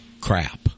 crap